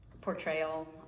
portrayal